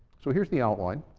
so here's the outline.